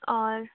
और